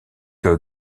que